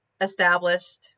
established